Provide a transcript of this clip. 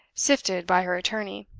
sifted by her attorney.